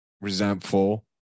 resentful